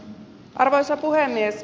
arvoisa puhemies